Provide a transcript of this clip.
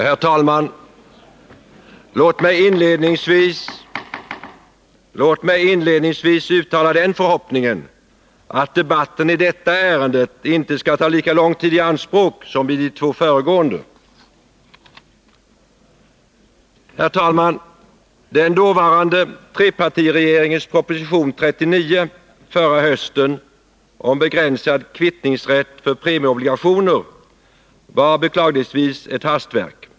Herr talman! Låt mig inledningsvis uttala förhoppningen att debatten i detta ärenden inte skall ta lika lång tid i anspråk som de två föregående. Den dåvarande trepartiregeringens proposition 39 förra hösten om begränsad kvittningsrätt för premieobligationer var beklagligtvis ett hastverk.